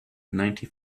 ninety